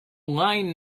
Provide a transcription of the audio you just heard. line